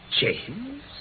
James